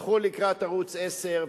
תלכו לקראת ערוץ-10,